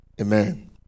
Amen